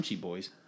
boys